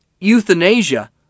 euthanasia